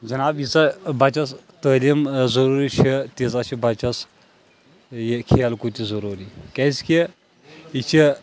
جناب ییٖژا بَچٮ۪س تعلیٖم ضٔروٗری چھِ تیٖژا چھِ بَچس یہِ کھیل کوٗد تہِ ضٔروٗری کیازکہِ یہِ چھِ